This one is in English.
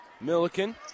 Milliken